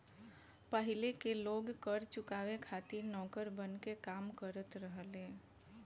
पाहिले के लोग कर चुकावे खातिर नौकर बनके काम करत रहले